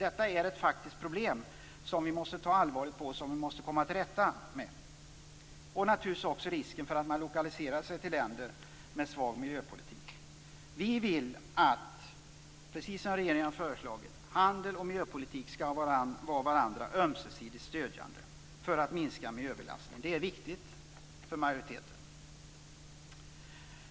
Detta är ett faktiskt problem, som vi måste ta på allvar och komma till rätta med. Det gäller naturligtvis också risken för att lokalisera sig till länder med svag miljöpolitik. Vi vill, precis som regeringen har föreslagit, att handel och miljöpolitik skall stödja varandra ömsesidigt för att minska miljöbelastningen. Det är viktigt för majoriteten.